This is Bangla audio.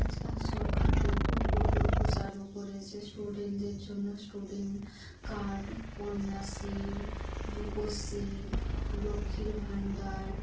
আজকাল সরকার বহু প্রকল্প চালু করেছে স্টুডেন্টদের জন্য স্টুডেন্ট কার্ড কন্যাশ্রী রুপশ্রী লক্ষ্মীর ভাণ্ডার